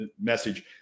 message